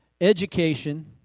education